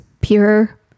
pure